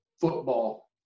football